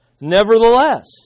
Nevertheless